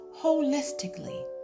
holistically